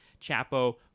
chapo